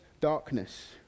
darkness